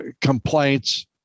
complaints